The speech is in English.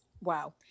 wow